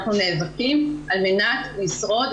אנחנו נאבקים על מנת לשרוד,